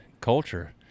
culture